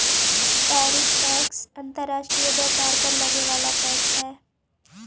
tariff tax अंतर्राष्ट्रीय व्यापार पर लगे वाला टैक्स हई